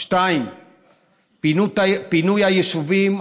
2. פינוי היישובים,